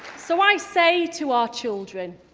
so i say to our children,